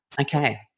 Okay